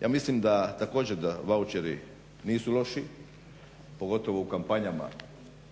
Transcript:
Ja mislim da također da vaučeri nisu loši pogotovo u kampanjama,